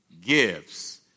gifts